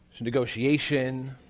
Negotiation